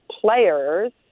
players